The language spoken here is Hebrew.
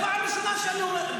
זו פעם ראשונה שאני אומר.